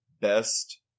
best